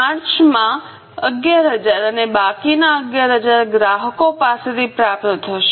માર્ચમાં 11000 અને બાકીના 11000 ગ્રાહકો પાસેથી પ્રાપ્ત થશે